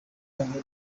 rwanda